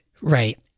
Right